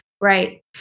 Right